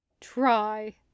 Try